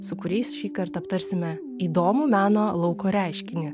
su kuriais šįkart aptarsime įdomų meno lauko reiškinį